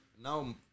Now